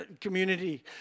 community